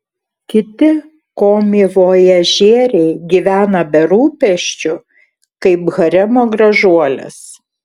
kiti komivojažieriai gyvena be rūpesčių kaip haremo gražuolės